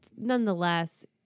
nonetheless